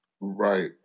Right